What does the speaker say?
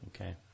Okay